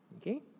Okay